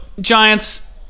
Giants